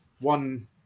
One